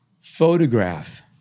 photograph